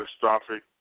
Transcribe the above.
catastrophic